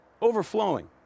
Overflowing